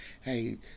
Hey